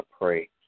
pray